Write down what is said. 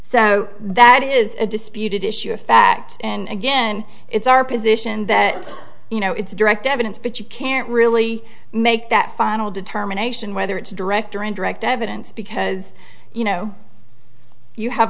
so that is a disputed issue of fact and again it's our position that you know it's direct evidence but you can't really make that final determination whether it's direct or indirect evidence because you know you have